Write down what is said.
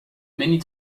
many